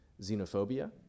xenophobia